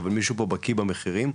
אבל מישהו בקיא במחירים,